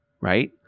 right